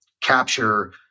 capture